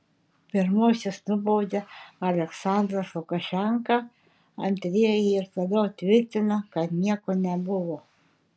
pirmuosius nubaudė aliaksandras lukašenka antrieji ir toliau tvirtina kad nieko nebuvo